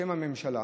בשם הממשלה,